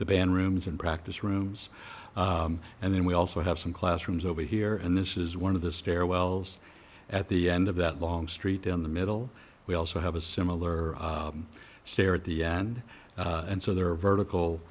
the band rooms and practice rooms and then we also have some classrooms over here and this is one of the stairwells at the end of that long street in the middle we also have a similar stare at the end and so there are vertical